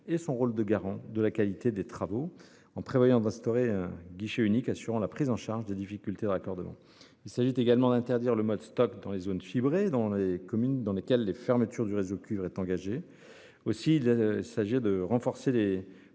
et son rôle de garant de la qualité des travaux et d'instaurer un guichet unique assurant la prise en charge des difficultés de raccordement. Il s'agit également d'interdire le mode Stoc dans les zones fibrées et dans les communes dans lesquelles la fermeture du réseau cuivre est engagée. Il s'agit aussi d'accroître les